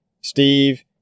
Steve